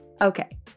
Okay